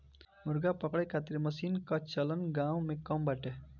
मुर्गा पकड़े खातिर मशीन कअ चलन गांव में कम बाटे